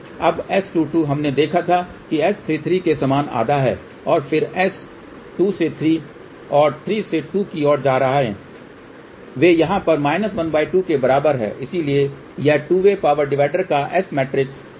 अब S22 हमने देखा था कि S33 के समान आधा है और फिर S 2 से 3 और 3 से 2 की और जा है वे यहाँ पर ½ के बराबर हैं इसलिए यह टू वे पावर डिवाइडर का S मैट्रिक्स है